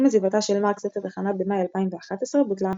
עם עזיבתה של מרקס את התחנה במאי 2011 בוטלה התוכנית.